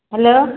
hello